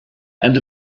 and